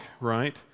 right